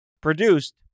produced